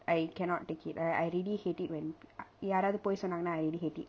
I cannot take it I I really hate it when யாராவது பொய் சொன்னாங்கன்னா:yaraavathu poi sonnanganna I really hate it